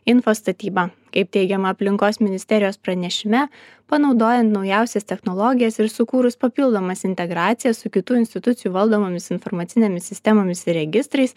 info statyba kaip teigiama aplinkos ministerijos pranešime panaudojant naujausias technologijas ir sukūrus papildomas integracijas su kitų institucijų valdomomis informacinėmis sistemomis ir registrais